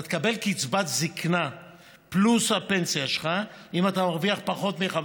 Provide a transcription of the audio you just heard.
אתה תקבל קצבת זקנה פלוס הפנסיה שלך אם אתה מרוויח פחות מ-5,200.